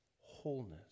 wholeness